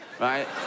right